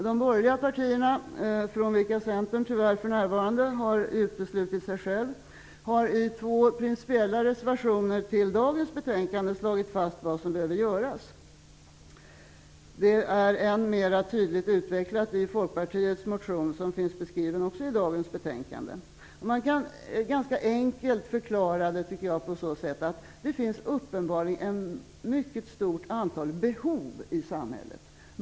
De borgerliga partierna, från vilka Centern tyvärr för närvarande har uteslutit sig självt, har i två principiella reservationer till dagens betänkande slagit fast vad som behöver göras. Detta är än mer tydligt utvecklat i Folkpartiets motion, som också finns beskriven i dagens betänkande. Man kan ganska enkelt förklara det så att det uppenbarligen finns ett mycket stort antal behov i samhället.